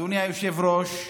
אדוני היושב-ראש,